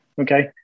okay